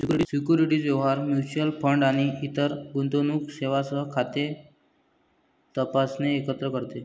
securities व्यवहार, mutual fund आणि इतर गुंतवणूक सेवांसह खाते तपासणे एकत्र करते